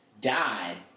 died